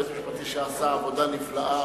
יועץ משפטי שעשה עבודה נפלאה,